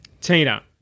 Tina